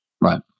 Right